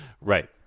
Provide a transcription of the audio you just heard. Right